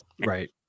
Right